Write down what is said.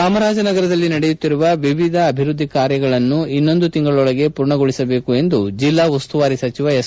ಚಾಮರಾಜನಗರದಲ್ಲಿ ನಡೆಯುತ್ತಿರುವ ವಿವಿಧ ಅಭಿವೃದ್ದಿ ಕಾರ್ಯಗಳನ್ನು ಇನ್ನೊಂದು ತಿಂಗಳೊಳಗಾಗಿ ಪೂರ್ಣಗೊಳಿಸಬೇಕು ಎಂದು ಜಲ್ಲಾ ಉಸ್ತುವಾರಿ ಸಚಿವರಾದ ಎಸ್